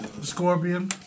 Scorpion